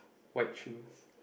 white shoes